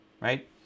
right